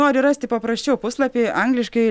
nori rasti paprasčiau puslapį angliškai